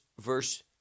verse